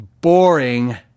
boring